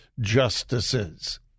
justices